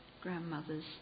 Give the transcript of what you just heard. grandmothers